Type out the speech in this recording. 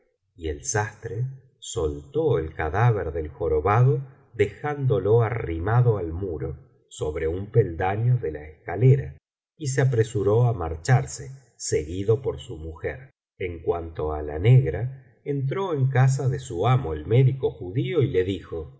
y el sastre soltó el cadáver del jorobado dejándolo arrimado al muro sobre un peldaño de la escalera y se apresuró á marcharse seguido por su mujer en cuanto á la negra entró en casa de su amo el médico judío y le dijo